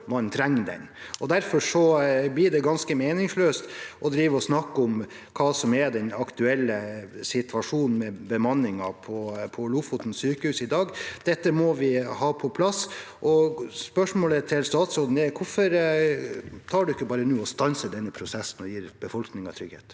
man trenger den. Derfor blir det ganske meningsløst å snakke om hva som er den aktuelle situasjonen med bemanningen på Lofoten sykehus i dag. Dette må vi ha på plass. Spørsmålet til statsråden er: Hvorfor tar hun ikke bare og stanser denne prosessen nå og gir befolkningen trygghet?